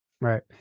right